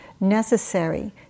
necessary